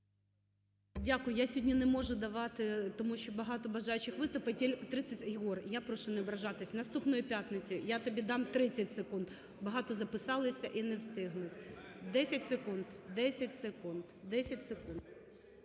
Дякую. Я сьогодні не можу давати, тому що багато бажаючих виступити, тридцять... Єгор, я прошу не ображатися, наступної п'ятниці я тобі дам 30 секунд. Багато записалися і не вигнуть. Десять секунд, 10 секунд, 10 секунд.